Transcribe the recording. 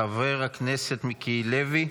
חבר הכנסת מיקי לוי,